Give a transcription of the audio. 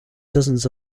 dozens